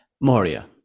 Moria